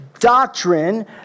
doctrine